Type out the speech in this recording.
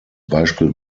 beispiel